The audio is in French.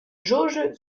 jauge